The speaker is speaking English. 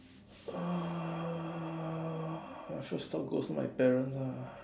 uh my first thought goes to my parents ah